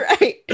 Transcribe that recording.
Right